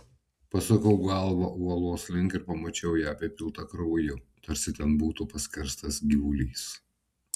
pasukau galvą uolos link ir pamačiau ją apipiltą krauju tarsi ten būtų paskerstas gyvulys